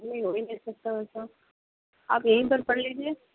نہیں ہو ہی نہیں سکتا ویسا آپ یہیں پر پڑھ لیجیے